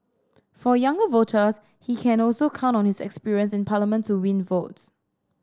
for younger voters he can also count on his experience in Parliament to win votes